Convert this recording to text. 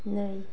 नै